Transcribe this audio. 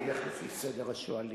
אני אלך לפי סדר השואלים.